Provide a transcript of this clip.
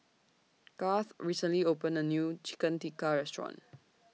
Garth recently opened A New Chicken Tikka Restaurant